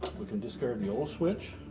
we can discard the old switch.